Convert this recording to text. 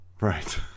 Right